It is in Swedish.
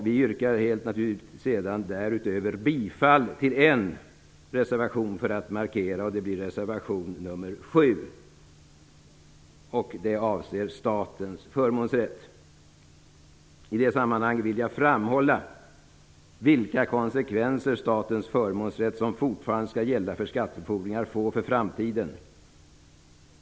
Vi yrkar helt naturligt därutöver bifall till en reservation, för att markera, och det blir reservation nr 7. Den avser statens förmånsrätt. I det sammanhanget vill jag framhålla vilka konsekvenser statens förmånsrätt som fortfarande skall gälla för skattefordringar får för framtiden.